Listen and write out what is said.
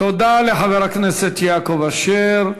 תודה לחבר הכנסת יעקב אשר.